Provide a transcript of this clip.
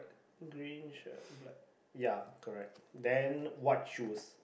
green shirt black ya correct then white shoes